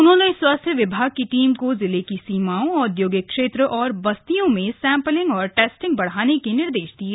उन्होंने स्वास्थ्य विभाग की टीम को जिले की सीमाओं औदयोगिक क्षेत्र और बस्तियों में सैंपलिंग और टेस्टिंग बढ़ाने के निर्देश दिये